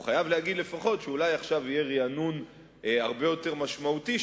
הוא חייב להגיד לפחות שאולי עכשיו יהיה רענון הרבה יותר משמעותי,